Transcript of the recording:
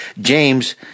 James